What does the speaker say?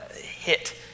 hit